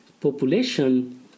population